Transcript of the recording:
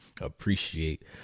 appreciate